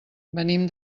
venim